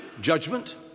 judgment